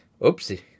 Oopsie